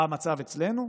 מה המצב אצלנו?